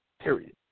period